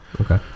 Okay